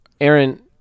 Aaron